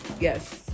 yes